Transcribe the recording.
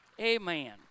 Amen